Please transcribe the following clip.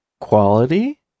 quality